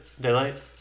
Daylight